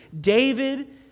David